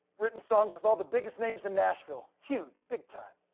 written songs with all the biggest names in nashville. huge, big-time.